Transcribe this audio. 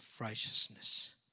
righteousness